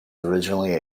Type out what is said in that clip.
originally